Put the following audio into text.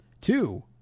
two